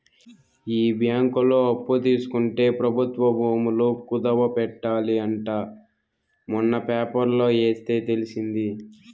ఈ బ్యాంకులో అప్పు తీసుకుంటే ప్రభుత్వ భూములు కుదవ పెట్టాలి అంట మొన్న పేపర్లో ఎస్తే తెలిసింది